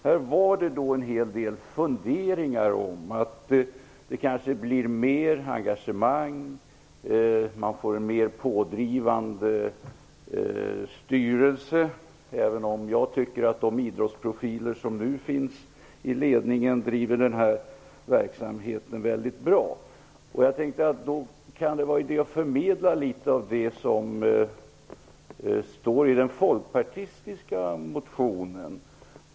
Här var det en del funderingar om att det kanske blir mer engagemang, att man får en mer pådrivande styrelse, även om jag tycker att de idrottsprofiler som nu finns i ledningen driver den här verksamheten väldigt bra. Det kan vara idé att förmedla litet av det som står i den folkpartistiska motionen.